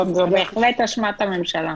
זו בהחלט אשמת הממשלה.